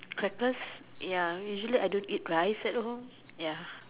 crackers ya usually I don't eat rice at all ya